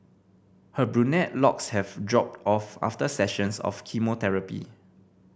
her brunette locks have dropped off after sessions of chemotherapy